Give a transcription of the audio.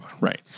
Right